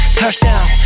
touchdown